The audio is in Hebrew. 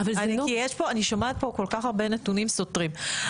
כי אני שומעת פה כל כך הרבה נתונים סותרים.